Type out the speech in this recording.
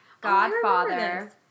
godfather